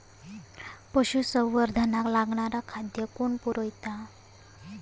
पशुसंवर्धनाक लागणारा खादय कोण पुरयता?